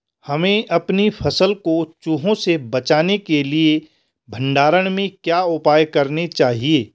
हमें अपनी फसल को चूहों से बचाने के लिए भंडारण में क्या उपाय करने चाहिए?